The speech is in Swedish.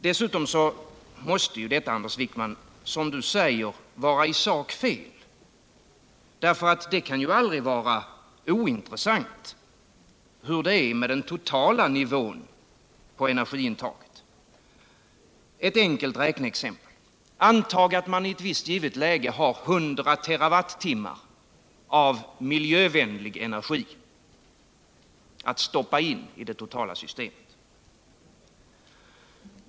Dessutom måste det Anders Wijkman säger vara i sak fel. Det kan ju aldrig vara ointressant hur det är med den totala nivån för energiintaget. Låt mig anföra ett enkelt räkneexempel. Antag att man i ett givet läge har 100 TWh av miljövänlig energi att stoppa in i det totala systemet.